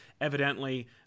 evidently